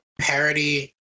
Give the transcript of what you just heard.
parody